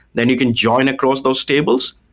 then you can join across those tables.